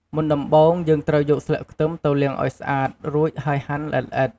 មុនដំបូងយើងត្រូវយកស្លឹកខ្ទឹមទៅលាងឱ្យស្អាតរួចហើយហាន់ល្អិតៗ។